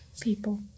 People